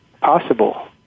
possible